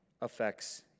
affects